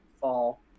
fall